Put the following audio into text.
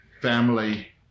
family